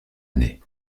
année